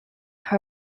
her